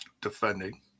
Defending